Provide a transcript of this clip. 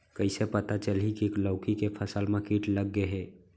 कइसे पता चलही की लौकी के फसल मा किट लग गे हे?